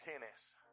tennis